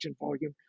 volume